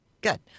Good